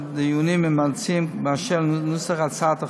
דיונים עם המציעים על נוסח הצעת החוק.